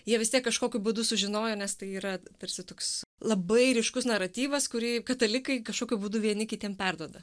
jie vistiek kažkokiu būdu sužinojo nes tai yra tarsi toks labai ryškus naratyvas kurį katalikai kažkokiu būdu vieni kitiem perduoda